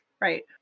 right